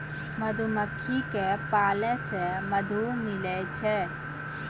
मधुमक्खी क पालै से मधु मिलै छै